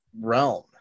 realm